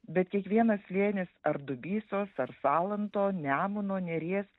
bet kiekvienas slėnis ar dubysos ar salanto nemuno neries